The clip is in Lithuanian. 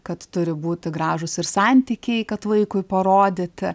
kad turi būti gražūs ir santykiai kad vaikui parodyti